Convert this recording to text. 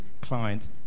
client